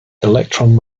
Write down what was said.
electron